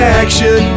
action